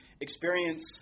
experience